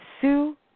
sue